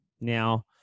Now